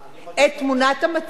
את תמונת המצב סליחה,